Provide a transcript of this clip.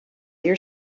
your